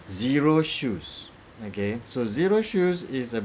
zero shoes okay so zero shoes is